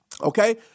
okay